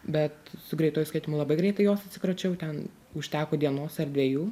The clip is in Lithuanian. bet su greituoju skaitymu labai greitai jos atsikračiau ten užteko dienos ar dviejų